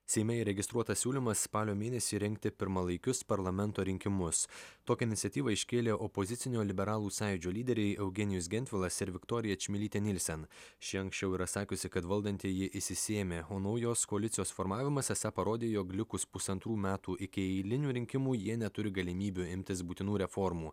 seime įregistruotas siūlymas spalio mėnesį rengti pirmalaikius parlamento rinkimus tokią iniciatyvą iškėlė opozicinio liberalų sąjūdžio lyderiai eugenijus gentvilas ir viktorija čmilytė nilsen ši anksčiau yra sakiusi kad valdantieji išsisėmė o naujos koalicijos formavimas esą parodė jog likus pusantrų metų iki eilinių rinkimų jie neturi galimybių imtis būtinų reformų